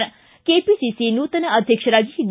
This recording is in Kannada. ಿ ಕೆಪಿಸಿಸಿ ನೂತನ ಅಧ್ಯಕ್ಷರಾಗಿ ಡಿ